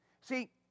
See